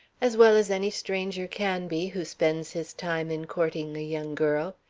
as well as any stranger can be who spends his time in courting a young girl.